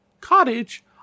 cottage